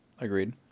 Agreed